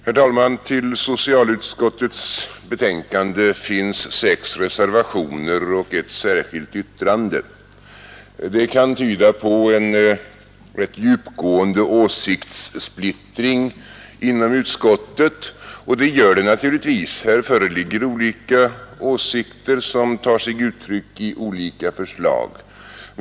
Herr talman! Vid socialutskottets betänkande finns fogade sex reservationer och ett särskilt yttrande. Det kan tyda på en rätt djupgående åsiktssplittring inom utskottet. Och så är det naturligtvis — här föreligger olika åsikter som tar sig uttryck i olika förslag.